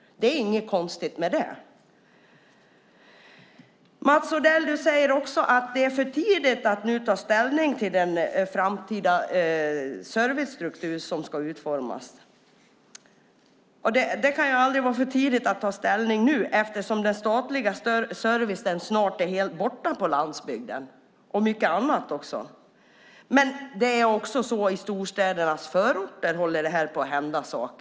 Det är inget konstigt med det. Mats Odell, du säger också att det nu är för tidigt att ta ställning till den framtida servicestruktur som ska utformas. Men det kan inte vara för tidigt att nu ta ställning. Den statliga servicen och även mycket annat är ju snart helt borta på landsbygden. Också i storstädernas förorter håller saker på att hända.